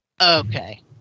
Okay